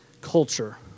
culture